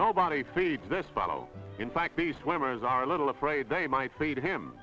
nobody feeds this bottle in fact the swimmers are a little afraid they might leave him